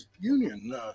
Union